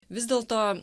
vis dėlto